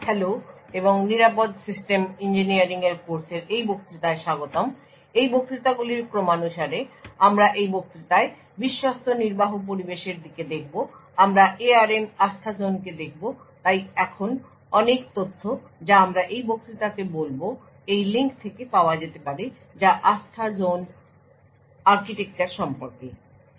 hello এবং secure system ইঞ্জিনিয়ারিংয়ের কোর্সের এই বক্তৃতায় স্বাগতম এই বক্তৃতাগুলির ক্রমানুসারে আমরা এই বক্তৃতায় বিশ্বস্ত নির্বাহ পরিবেশের দিকে দেখব আমরা ARM আস্থাজোনকে দেখব তাই এই অনেক তথ্য যা আমরা এই বক্তৃতাতে বলব এই লিঙ্ক থেকে পাওয়া যেতে পারে যা আস্থাজোন আর্কিটেকচার সম্পর্কে